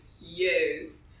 Yes